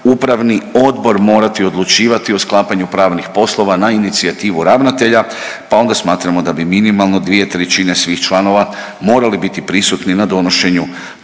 upravni odbor morati odlučivati o sklapanju pravnih poslova na inicijativu ravnatelja pa onda smatramo da bi minimalno 2/3 svih članova morali biti prisutni na donošenju